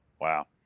Wow